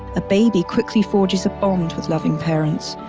the baby quickly forges a bond with loving parents,